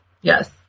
Yes